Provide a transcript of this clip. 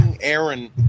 Aaron